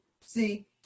See